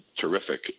terrific